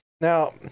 now